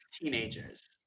teenagers